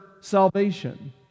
salvation